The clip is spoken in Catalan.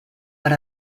per